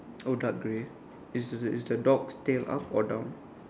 oh dark gray is is the dog's tail up or down